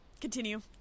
Continue